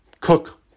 Cook